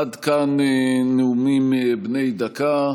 עד כאן נאומים בני דקה.